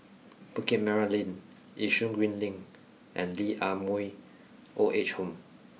Bukit Merah Lane Yishun Green Link and Lee Ah Mooi Old Age Home